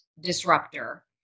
disruptor